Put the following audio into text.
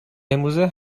امروزه